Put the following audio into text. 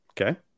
Okay